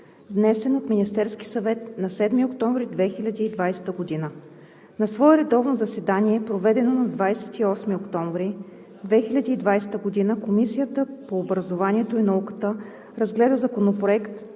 внесен от Министерския съвет на 7 октомври 2020 г. На свое редовно заседание, проведено на 28 октомври 2020 г., Комисията по образованието и науката разгледа Законопроект